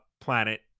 Planet